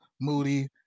Moody